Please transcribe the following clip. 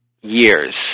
years